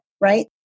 right